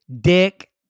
dick